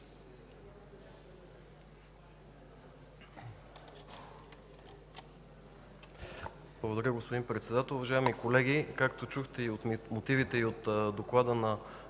Благодаря, господин Председател.